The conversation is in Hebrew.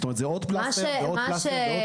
זאת אומרת, זה עוד פלסטר ועוד פלסטר ועוד פלסטר.